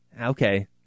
Okay